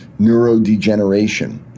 neurodegeneration